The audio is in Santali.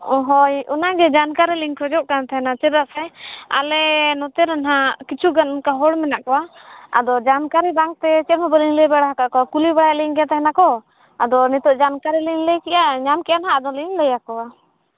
ᱦᱳᱭ ᱚᱱᱟ ᱜᱮ ᱡᱟᱱᱠᱟᱨᱤ ᱞᱤᱧ ᱠᱷᱚᱡᱚᱜ ᱠᱟᱱ ᱛᱟᱦᱮᱱᱟ ᱪᱮᱫᱟᱜ ᱥᱮ ᱟᱞᱮ ᱱᱚᱛᱮ ᱨᱮ ᱱᱟᱜ ᱠᱤᱪᱷᱩ ᱜᱟᱱ ᱚᱱᱠᱟ ᱦᱚᱲ ᱢᱮᱱᱟᱜ ᱠᱚᱣᱟ ᱟᱫᱚ ᱡᱟᱱᱠᱟᱨᱤ ᱵᱟᱝᱛᱮ ᱪᱮᱫ ᱦᱚᱸ ᱵᱟᱝᱞᱤᱧ ᱞᱟᱹᱭ ᱵᱟᱲᱟ ᱦᱟᱠᱟᱫ ᱠᱚᱣᱟ ᱠᱩᱞᱤ ᱵᱟᱲᱟᱭᱮᱫ ᱞᱤᱧ ᱛᱟᱦᱮᱱᱟᱠᱚ ᱟᱫᱚ ᱱᱤᱛᱳᱜ ᱡᱟᱱᱠᱟᱨᱤ ᱞᱤᱧ ᱞᱟᱹᱭ ᱠᱮᱜᱼᱟ ᱧᱟᱢ ᱠᱮᱜᱼᱟ ᱱᱟᱜ ᱟᱫᱚᱞᱤᱧ ᱞᱟᱹᱭᱟᱠᱚᱣᱟ